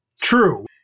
True